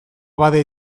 abade